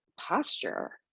posture